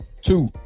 Two